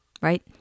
right